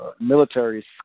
military